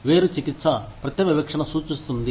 వేరు చికిత్స ప్రత్యక్ష వివక్షను సూచిస్తుంది